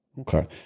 okay